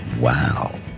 wow